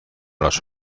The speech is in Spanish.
los